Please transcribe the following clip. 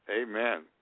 Amen